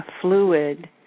fluid